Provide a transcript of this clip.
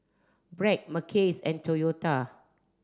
Bragg Mackays and Toyota